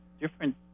different